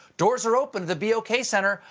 doors are open at the b o k. center.